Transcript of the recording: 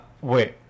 Wait